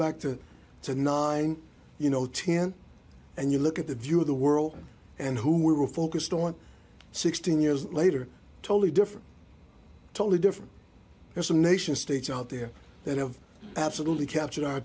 back to the nine you know ten and you look at the view of the world and who were focused on sixteen years later totally different totally different as a nation states out there that have absolutely captured our